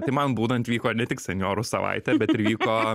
tai man būnant vyko ne tik senjorų savaitė bet ir vyko